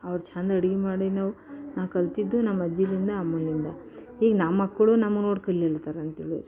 ಅವ್ರ ಚಂದ ಅಡುಗೆ ಮಾಡಿ ನಾವು ನಾನು ಕಲಿತಿದ್ದು ನಮ್ಮ ಅಜ್ಜಿಯಿಂದ ಅಮ್ಮನಿಂದ ಈಗ ನಮ್ಮಕ್ಕಳು ನಮ್ಮ ನೋಡಿ ಕಲಿಯಲಿತರ ಅಂತ ಹೇಳಿ